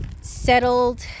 settled